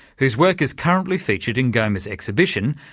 whose work is currently featured in goma's exhibition,